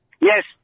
Yes